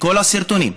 בכל הסרטונים,